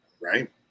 right